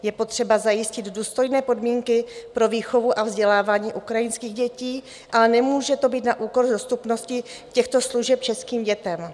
Je potřeba zajistit důstojné podmínky pro výchovu a vzdělávání ukrajinských dětí, ale nemůže to být na úkor dostupnosti těchto služeb českým dětem.